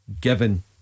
Given